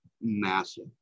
massive